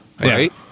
right